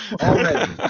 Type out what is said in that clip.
already